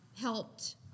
helped